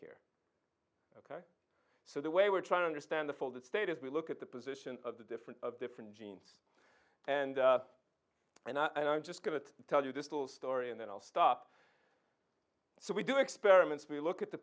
here ok so the way we're trying to understand the folded state is we look at the position of the different of different genes and and i'm just going to tell you this little story and then i'll stop so we do experiments we look at the